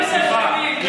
א.